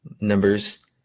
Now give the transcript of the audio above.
numbers